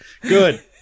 Good